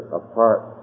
apart